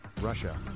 Russia